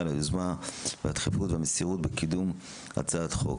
על היוזמה והדחיפות והמסירות בקידום הצעת החוק.